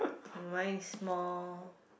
is small